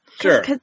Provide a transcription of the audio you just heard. Sure